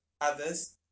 others